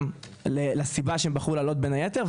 גם לסיבה שהם בחרו לעלות, בין היתר.